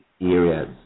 areas